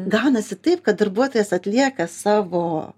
gaunasi taip kad darbuotojas atlieka savo